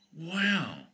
Wow